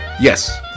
Yes